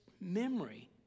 memory